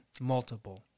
Multiple